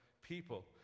people